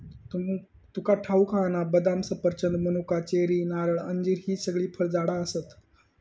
तुका ठाऊक हा ना, बदाम, सफरचंद, मनुका, चेरी, नारळ, अंजीर हि सगळी फळझाडा आसत